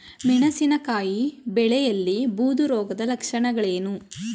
ಮೆಣಸಿನಕಾಯಿ ಬೆಳೆಯಲ್ಲಿ ಬೂದು ರೋಗದ ಲಕ್ಷಣಗಳೇನು?